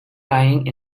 lying